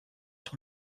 sur